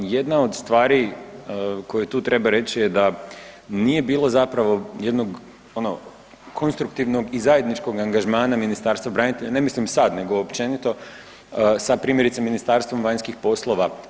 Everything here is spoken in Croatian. Jedna od stvari koju tu treba reći da nije bilo zapravo jednog ono konstruktivnog i zajedničkog angažmana Ministarstva branitelja, ne mislim sad nego općenito sa primjerice Ministarstvom vanjskih poslova.